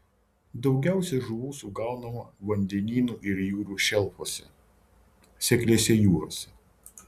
daugiausiai žuvų sugaunama vandenynų ir jūrų šelfuose sekliose jūrose